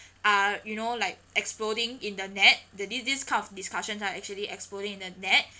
uh you know like exploding in the net the this this kind of discussions are actually exploding in the net